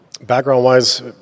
Background-wise